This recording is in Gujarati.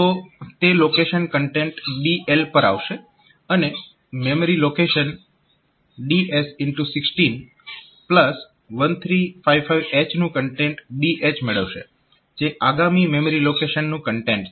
તો તે લોકેશન કન્ટેન્ટ BL પર આવશે અને મેમરી લોકેશન DS161355H નું કન્ટેન્ટ BH મેળવશે જે આગામી મેમરી લોકેશનનું કન્ટેન્ટ છે